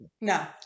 no